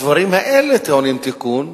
הדברים האלה טעונים תיקון,